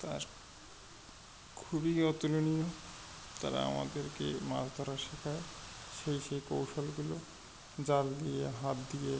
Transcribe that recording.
তার খুবই অতুলনীয় তারা আমাদেরকে মাছ ধরা শেখায় সেই সেই কৌশলগুলো জাল দিয়ে হাত দিয়ে